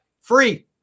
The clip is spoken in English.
Free